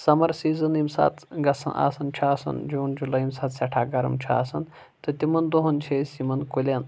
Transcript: summer season ییٚمہِ ساتہٕ گَژھان آسان چھُ آسان جوٗن جُلے ییٚمہِ ساتہٕ سٮ۪ٹھاہ گَرَم چھُ آسان تہٕ تِمن دۄہَن چھِ أسۍ یِمن کُلٮ۪ن